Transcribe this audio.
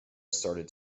started